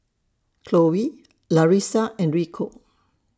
Cloe Larissa and Rico